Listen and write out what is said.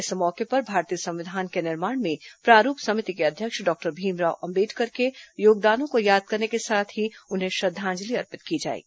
इस मौके पर भारतीय संविधान के निर्माण में प्रारूप समिति के अध्यक्ष डॉक्टर भीमराव अम्बेडकर के योगदानों को याद करने के साथ ही उन्हें श्रद्वांजलि अर्पित की जाएगी